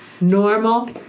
normal